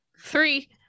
three